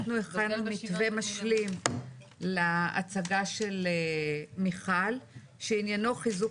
אנחנו הכנו מתווה משלים להצגה של מיכל שעניינו חיזוק